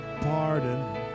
pardon